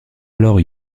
alors